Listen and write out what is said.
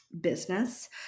business